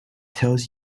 tells